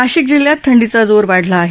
नाशिक जिल्ह्यात थंडीचा जोर वाढला आहे